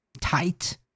tight